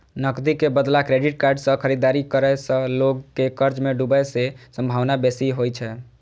नकदी के बदला क्रेडिट कार्ड सं खरीदारी करै सं लोग के कर्ज मे डूबै के संभावना बेसी होइ छै